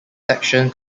section